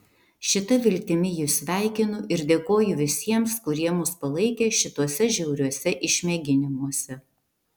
šita viltimi jus sveikinu ir dėkoju visiems kurie mus palaikė šituose žiauriuose išmėginimuose